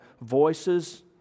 voices